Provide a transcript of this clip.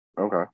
Okay